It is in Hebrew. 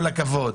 כל הכבוד,